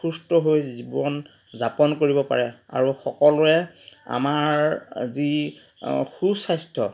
সুস্থ হৈ জীৱন যাপন কৰিব পাৰে আৰু সকলোৱে আমাৰ যি সু স্বাস্থ্য়